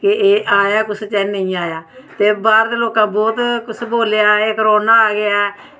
ओह् एह् आया कुसै दे जां नेईं आया ते बाह्र दे लोकें बोह्त कुछ बोलेआ ओह् एह् कोरोना आ गेआ ऐ